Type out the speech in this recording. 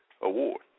award